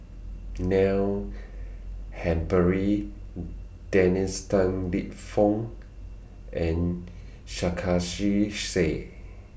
Neil Humphreys Dennis Tan Lip Fong and Sarkasi Said